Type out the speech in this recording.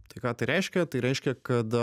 tai ką tai reiškia tai reiškia kad